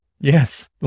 Yes